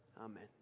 Amen